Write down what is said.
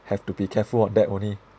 have to be careful on that only